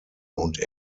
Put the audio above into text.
und